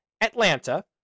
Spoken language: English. Atlanta